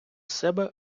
себе